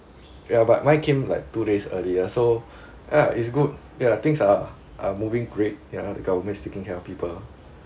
ya but my came like two days earlier so ya is good ya things are are moving great ya the government is taking care of people